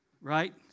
right